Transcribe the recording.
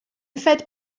fed